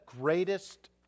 greatest